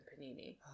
Panini